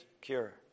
cure